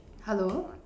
hello